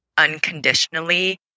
unconditionally